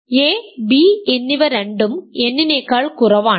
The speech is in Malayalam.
a b എന്നിവ രണ്ടും n നേക്കാൾ കുറവാണ്